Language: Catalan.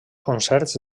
concerts